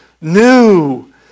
new